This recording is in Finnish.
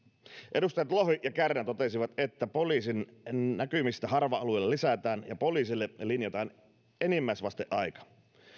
edustajat lohi ja kärnä totesivat että poliisin näkymistä harva alueilla lisätään ja poliisille linjataan enimmäisvasteaika